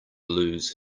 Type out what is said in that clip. lose